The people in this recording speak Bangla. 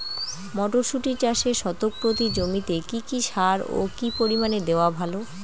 মটরশুটি চাষে শতক প্রতি জমিতে কী কী সার ও কী পরিমাণে দেওয়া ভালো?